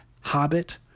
Hobbit